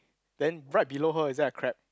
then right below her is there a crab